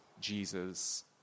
Jesus